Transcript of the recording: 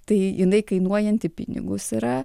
tai jinai kainuojanti pinigus yra